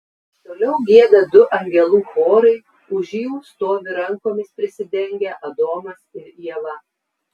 toliau gieda du angelų chorai už jų stovi rankomis prisidengę adomas ir ieva